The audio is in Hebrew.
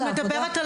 זו עבודה שוחקת.